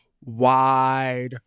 wide